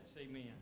Amen